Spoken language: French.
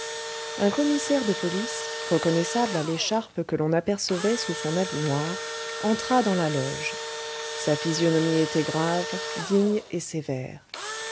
un commissaire de police reconnaissable à l'écharpe que l'on apercevait sous son habit noir entra dans la loge sa physionomie était grave digne et sévère